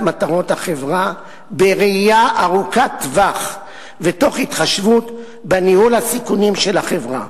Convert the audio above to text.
מטרות החברה בראייה ארוכת טווח ותוך התחשבות בניהול הסיכונים של החברה.